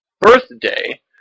birthday